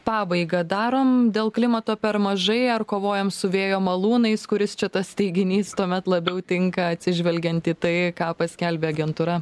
pabaiga darom dėl klimato per mažai ar kovojam su vėjo malūnais kuris čia tas teiginys tuomet labiau tinka atsižvelgiant į tai ką paskelbė agentūra